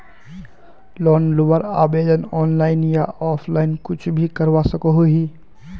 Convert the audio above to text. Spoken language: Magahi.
लोन लुबार आवेदन ऑनलाइन या ऑफलाइन कुछ भी करवा सकोहो ही?